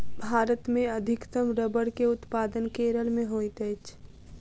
भारत मे अधिकतम रबड़ के उत्पादन केरल मे होइत अछि